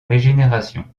régénération